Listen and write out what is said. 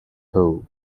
all